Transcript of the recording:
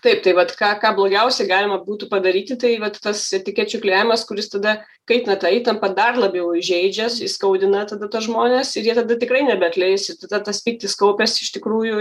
taip tai vat ką ką blogiausiai galima būtų padaryti tai vat tas etikečių klijavimas kuris tada kaitina tą įtampą dar labiau įžeidžia įskaudina tada tuos žmones ir jie tada tikrai nebeatleis ir tada tas pyktis kaupias iš tikrųjų